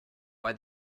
why